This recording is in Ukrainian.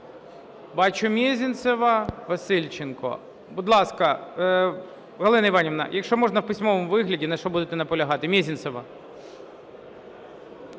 Бачу, Мезенцева, Васильченко. Будь ласка, Галина Іванівна, якщо можна, в письмовому вигляді, на чому будете наполягати. Мезенцева.